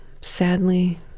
sadly